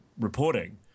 reporting